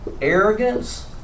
arrogance